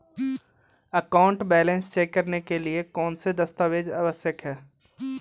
Account balance check करने के लिए कौनसे दस्तावेज़ आवश्यक हैं?